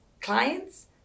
clients